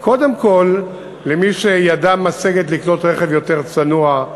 קודם כול למי שידם משגת לקנות רכב יותר צנוע,